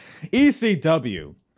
ECW